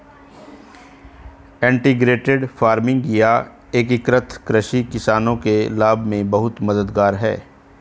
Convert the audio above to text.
integrated farming या एकीकृत कृषि किसानों के लाभ में बहुत मददगार है